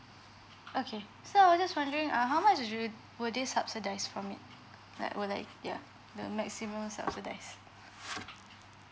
okay so I was just wondering ah how much do will they subsidise from it like were like yeah the maximum subsidise